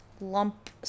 lump